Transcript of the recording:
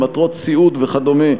למטרות סיעוד וכדומה,